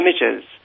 images